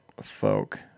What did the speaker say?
folk